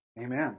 Amen